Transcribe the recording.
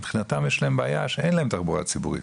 מבחינתם יש בעיה שאין להם תחבורה ציבורית,